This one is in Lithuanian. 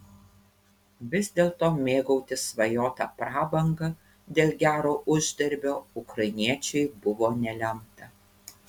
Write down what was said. vis dėlto mėgautis svajota prabanga dėl gero uždarbio ukrainiečiui buvo nelemta